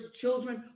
children